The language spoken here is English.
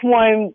one